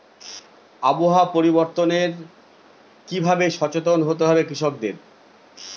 আবহাওয়া পরিবর্তনের কি ভাবে সচেতন হতে হবে কৃষকদের?